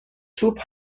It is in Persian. توپ